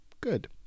good